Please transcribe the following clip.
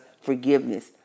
forgiveness